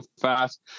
fast